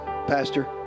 pastor